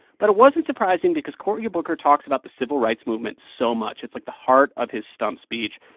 but it wasn't surprising because cory booker talks about the civil rights movement so much. it's, like, the heart of his stump speech.